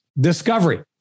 Discovery